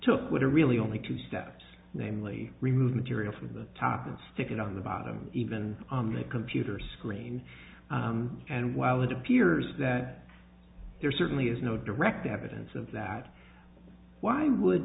took what are really only two steps namely remove material from the top and stick it on the bottom even on the computer screen and while it appears that there certainly is no direct evidence of that why would